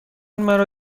مرا